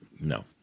No